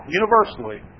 universally